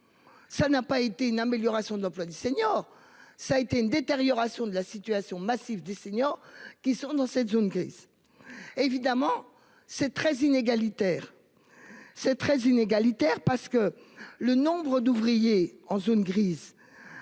Ça n'a pas été une amélioration de l'emploi des seniors. Ça a été une détérioration de la situation massive des seniors qui sont dans cette zone grise. Évidemment c'est très inégalitaire. C'est très inégalitaire. Parce que le nombre d'ouvriers en zone grise.